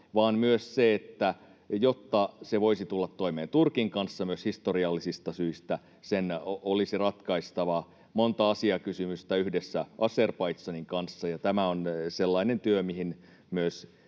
vaan myös se, että jotta se voisi tulla toimeen Turkin kanssa myös historiallisista syistä, sen olisi ratkaistava monta asiakysymystä yhdessä Azerbaidžanin kanssa, ja tämä on sellainen työ, mihin myös